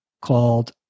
called